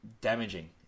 damaging